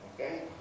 okay